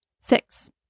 Six